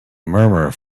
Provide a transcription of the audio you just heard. murmur